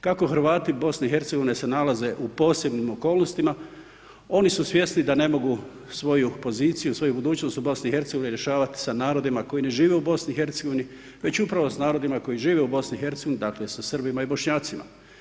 Kako Hrvati BiH se nalaze u posebnim okolnostima, oni su svjesni da ne mogu svoju poziciju, svoju budućnost u BiH rješavati sa narodima koji ne žive u BiH, već upravo s narodima koji žive u BiH, dakle, sa Srbima i Bošnjacima.